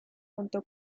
junto